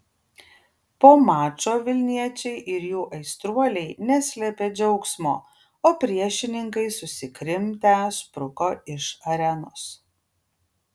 po mačo vilniečiai ir jų aistruoliai neslėpė džiaugsmo o priešininkai susikrimtę spruko iš arenos